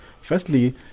Firstly